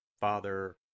Father